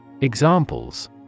Examples